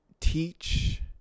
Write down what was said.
teach